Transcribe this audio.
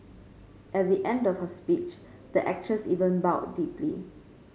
at the end of her speech the actress even bowed deeply